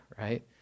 right